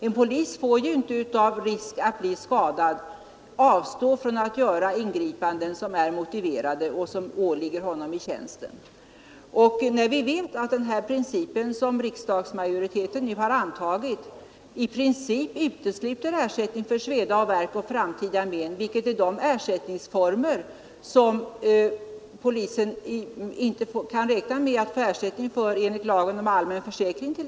En polis får inte, av risk att bli skadad, avstå från att göra ingripanden som är motiverade och som åligger honom i tjänsten. Vi vet att de här bestämmelserna, som riksdagsmajoriteten nu har antagit, i princip utesluter ersättning för sveda och värk och framtida men — vilket är de ersättningsformer som polisen inte kan räkna med att få ut enligt t.ex. lagen om allmän försäkring.